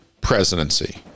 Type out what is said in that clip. presidency